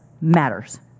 Matters